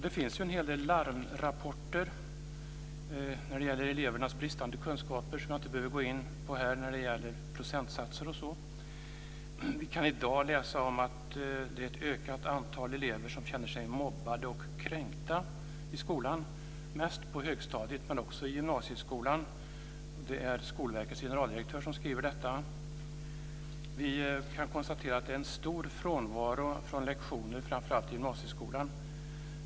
Det finns en hel del larmrapporter om elevernas bristande kunskaper som jag inte behöver gå in på när det gäller procentsatser osv. Vi kan i dag läsa att ett ökat antal elever känner sig mobbade och kränkta i skolan, mest på högstadiet men också i gymnasieskolan. Det är Skolverkets generaldirektör som skriver detta. Vi kan konstatera att det är stor frånvaro från lektioner, framför allt i gymnasieskolan.